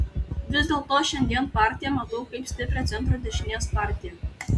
vis dėlto šiandien partiją matau kaip stiprią centro dešinės partiją